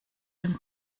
dem